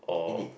indeed